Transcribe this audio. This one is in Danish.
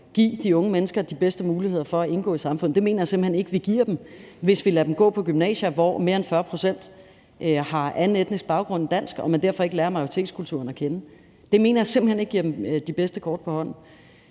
give de unge mennesker de bedste muligheder for at indgå i samfundet. Det mener jeg simpelt hen ikke vi giver dem, hvis vi lader dem gå på gymnasier, hvor mere end 40 pct. af eleverne har anden etnisk baggrund end dansk, og de derfor ikke lærer majoritetskulturen at kende. Det mener jeg simpelt hen ikke giver dem de bedste kort på hånden.